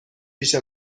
پیش